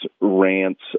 rants